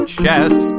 chest